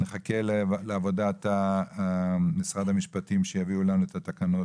נחכה לעבודת משרד המשפטים שיביאו לנו את התקנות.